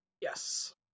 Yes